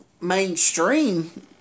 mainstream